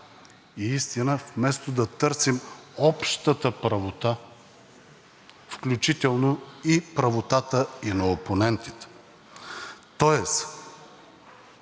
и истина, вместо да търсим общата правота, включително и правотата и на опонентите. Тоест